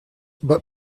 but